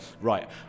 right